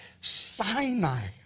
Sinai